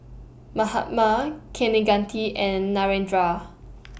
Mahatma Kaneganti and Narendra